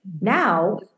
Now